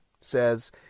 says